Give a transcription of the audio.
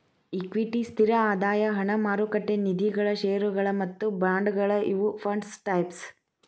equity ಸ್ಥಿರ ಆದಾಯ ಹಣ ಮಾರುಕಟ್ಟೆ ನಿಧಿಗಳ ಷೇರುಗಳ ಮತ್ತ ಬಾಂಡ್ಗಳ ಇವು ಫಂಡ್ಸ್ ಟೈಪ್ಸ್